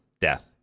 death